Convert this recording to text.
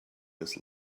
this